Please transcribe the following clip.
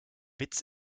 witz